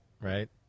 right